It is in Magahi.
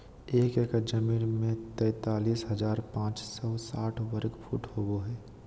एक एकड़ जमीन में तैंतालीस हजार पांच सौ साठ वर्ग फुट होबो हइ